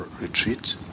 retreat